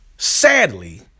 sadly